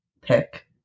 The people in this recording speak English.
pick